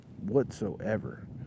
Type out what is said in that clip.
whatsoever